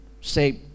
say